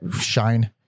shine